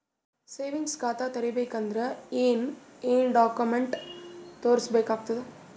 Savings ಖಾತಾ ತೇರಿಬೇಕಂದರ ಏನ್ ಏನ್ಡಾ ಕೊಮೆಂಟ ತೋರಿಸ ಬೇಕಾತದ?